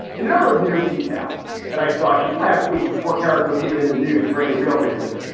in another weird detail that i saw just last week before kerik was even in the news for any real reason.